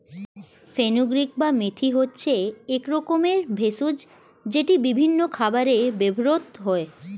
fenugreek বা মেথি হচ্ছে এক রকমের ভেষজ যেটি বিভিন্ন খাবারে ব্যবহৃত হয়